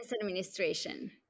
administration